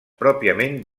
pròpiament